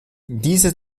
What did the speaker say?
diese